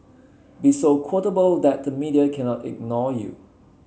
be so quotable that the media cannot ignore you